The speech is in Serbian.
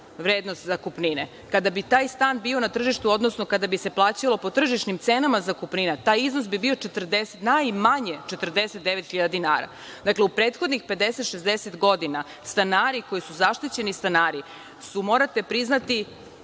vrednost zakupnine, kada bi taj stan bio na tržištu, odnosno kada bi se plaćalo po tržišnim cenama zakupnina, taj iznos bi bio najmanje 49.000 dinara. Dakle, u prethodnih 50, 60 godina, stanari koji su zaštićeni stanari su, morate priznati,